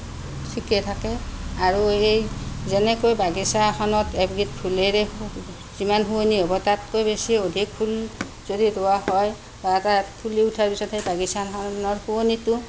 ঠিকে থাকে আৰু এই যেনেকৈ বাগিচা এখনত এবিধ ফুলেৰে যিমান শুৱনি হ'ব তাত তাতকৈ বেছি অধিক ফুল যদি ৰোৱা হয় তাত ফুলি উঠাৰ পিছত সেই বাগিচাখনৰ শুৱনিটো